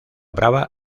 brava